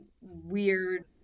weird